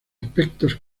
aspectos